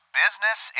business